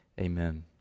amen